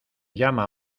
llama